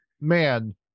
Man